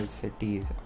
cities